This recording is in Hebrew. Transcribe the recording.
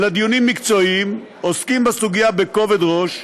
אלא דיונים מקצועיים, עוסקים בסוגיה בכובד ראש.